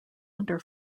under